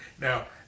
Now